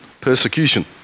persecution